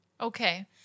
Okay